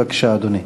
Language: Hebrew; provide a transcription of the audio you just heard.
בבקשה, אדוני.